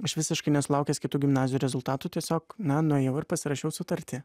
aš visiškai nesulaukęs kitų gimnazijų rezultatų tiesiog na nuėjau ir pasirašiau sutartį